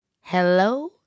Hello